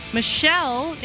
Michelle